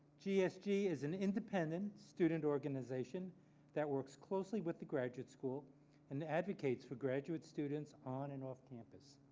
gsg is an independent student organization that works closely with the graduate school and advocates for graduate students on and off campus.